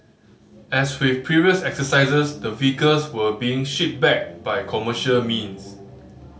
as with previous exercises the vehicles were being shipped back by commercial means